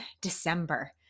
December